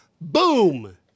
Boom